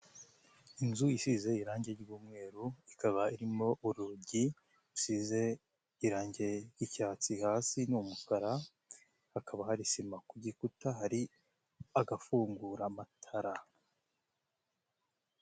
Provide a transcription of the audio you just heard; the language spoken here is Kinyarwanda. Inzu isize irangi ry'umweru ikaba irimo urugi rusize irangi ry'icyatsi, hasi ni umukara hakaba hari sima ku gikuta hari agafungura amatara.